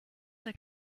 der